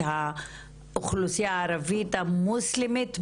אתם מוציאים את האוכלוסייה הערבית המוסלמית בנגב.